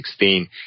2016